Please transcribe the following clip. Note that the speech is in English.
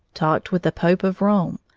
talked with the pope of rome,